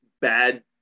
bad